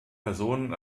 personen